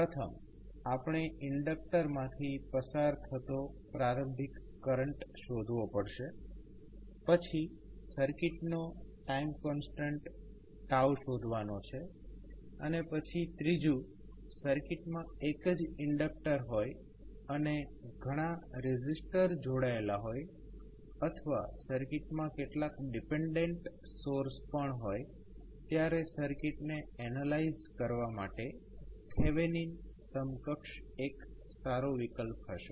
પ્રથમ આપણે ઇન્ડકટર માંથી પસાર થતો પ્રારંભિક કરંટ શોધવો પાડશે પછી સર્કિટનો ટાઈમ કોન્સ્ટન્ટ શોધવાનો છે અને પછી ત્રીજુ જ્યારે સર્કિટમાં એક જ ઇન્ડક્ટર હોય અને ઘણા રેઝિસ્ટર જોડાયેલા હોય અથવા સર્કિટમાં કેટલાક ડીપેન્ડેન્ટ સોર્સ પણ હોય ત્યારે સર્કિટને એનાલાઈઝ કરવા માટે થેવેનિન સમકક્ષ એક સારો વિકલ્પ હશે